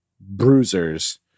bruisers